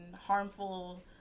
harmful